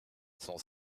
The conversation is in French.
son